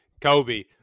kobe